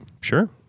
Sure